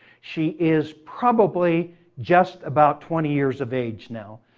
she is probably just about twenty years of age now,